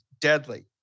deadly